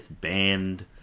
band